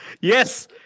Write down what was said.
Yes